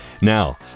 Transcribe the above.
Now